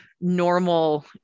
normal